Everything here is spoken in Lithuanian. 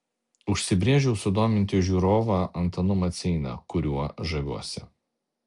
užsibrėžiau sudominti žiūrovą antanu maceina kuriuo žaviuosi